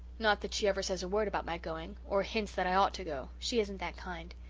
not that she ever says a word about my going or hints that i ought to go she isn't that kind.